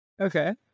Okay